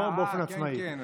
לא באופן עצמאי,